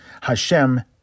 Hashem